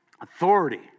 Authority